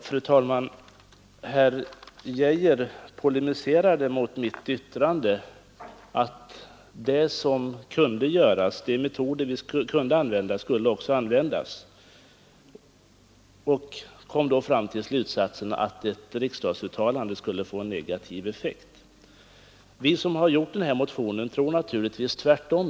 Fru talman! Herr Arne Geijer polemiserade mot mitt yttrande att de metoder vi kunde använda oss av också skulle användas. Han kom till slutsatsen att ett riksdagsuttalande skulle få en negativ effekt. Vi som står bakom motionen tror naturligtvis tvärtom.